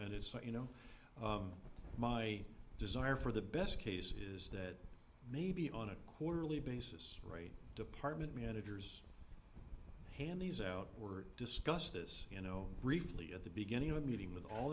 and it's you know my desire for the best case is that maybe on a quarterly basis department managers hand these out word discuss this you know briefly at the beginning of a meeting with all